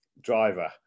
driver